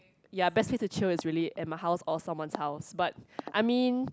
ya best place to chill is really at my house or someone's house but I mean